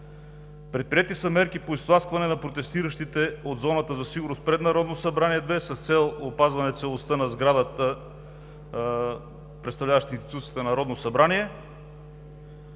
Предприети са мерки по изтласкване на протестиращите от зоната за сигурност пред Народно събрание 2, с цел опазване целостта на сградата, представляваща институцията Народно